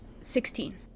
Sixteen